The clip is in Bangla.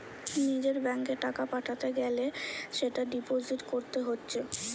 নিজের ব্যাংকে টাকা পাঠাতে গ্যালে সেটা ডিপোজিট কোরতে হচ্ছে